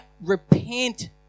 repent